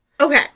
okay